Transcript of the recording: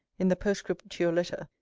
in the postscript to your letter,